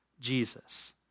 Jesus